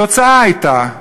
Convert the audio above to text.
התוצאה הייתה,